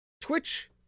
Twitch